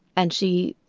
and she,